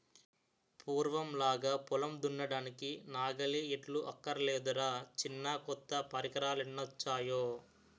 పూర్వంలాగా పొలం దున్నడానికి నాగలి, ఎడ్లు అక్కర్లేదురా చిన్నా కొత్త పరికరాలెన్నొచ్చేయో